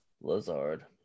Lazard